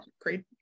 great